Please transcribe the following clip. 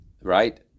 right